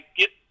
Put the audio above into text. get